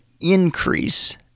increase